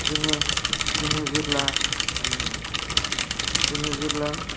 जोङो जोङो जेब्ला जोङो जेब्ला